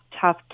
tough